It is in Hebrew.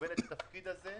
לקבל את הפיקדון הזה,